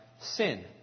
sin